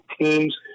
teams